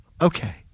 okay